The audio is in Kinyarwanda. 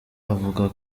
avuga